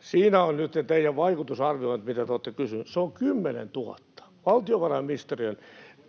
Siinä ovat nyt ne teidän vaikutusarviointinne, mitä te olette kysynyt. Se on kymmenentuhatta, valtiovarainministeriön